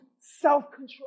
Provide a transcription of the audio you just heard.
self-control